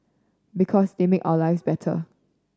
because they make our lives better